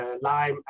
lime